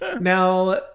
Now